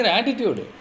attitude